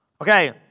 Okay